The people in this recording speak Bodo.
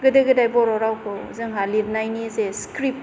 गोदो गोदाय बर' रावखौ जोंहा लिरनायनि जे स्क्रिप्त